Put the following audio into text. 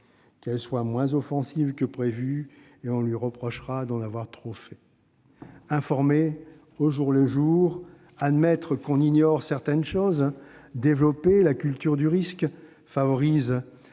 qu'elle soit moins offensive que prévu et on lui reprochera d'en avoir trop fait ! Informer au jour le jour, admettre que l'on ignore certaines choses, développer la culture du risque favorise